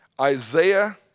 Isaiah